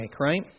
right